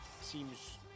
seems